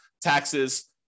taxes